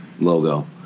logo